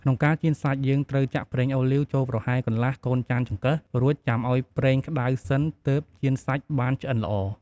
ក្នុងការចៀនសាច់ យើងត្រូវចាក់ប្រេងអូលីវចូលប្រហែលកន្លះកូនចានចង្កឹះ រួចចាំឱ្យប្រេងក្តៅសិនទើបចៀនសាច់បានឆ្អិនល្អ។